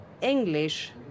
English